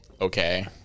Okay